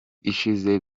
ishize